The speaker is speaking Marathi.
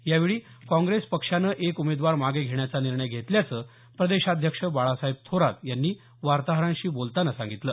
यावेळी काँग्रेस पक्षानं एक उमेदवार मागे घेण्याचा निर्णय घेतल्याचं प्रदेशाध्यक्ष बाळासाहेब थोरात यांनी वार्ताहरांशी बोलताना सांगितलं